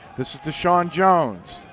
this is deshawn jones.